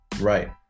right